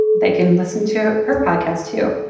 they can listen to her podcast too.